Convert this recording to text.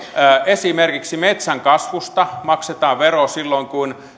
esimerkiksi metsänkasvusta maksetaan vero silloin kun